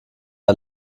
der